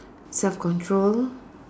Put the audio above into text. self control